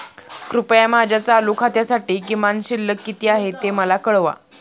कृपया माझ्या चालू खात्यासाठी किमान शिल्लक किती आहे ते मला कळवा